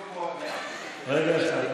רגע אחד.